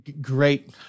great